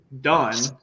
done